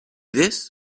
this